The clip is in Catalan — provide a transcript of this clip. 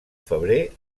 febrer